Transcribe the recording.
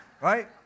Right